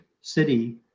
city